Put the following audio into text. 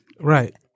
Right